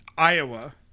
iowa